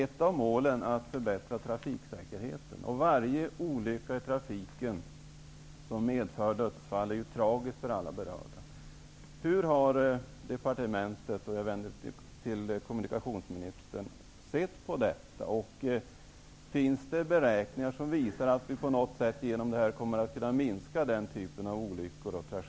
Men ett av målen måste vara att förbättra trafiksäkerheten. Varje olycka i trafiken som medför dödsfall är ju tragisk för alla inblandade. Hur har departementet och kommunikationsministern sett på detta? Finns det beräkningar som visar att den här typen av olyckor och tragedier kommer att kunna minskas?